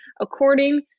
according